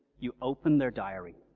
you open their diary